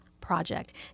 Project